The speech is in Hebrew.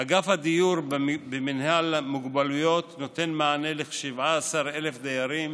אגף הדיור במינהל המוגבלויות נותן מענה ל-17,000 דיירים